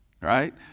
Right